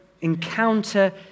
encounter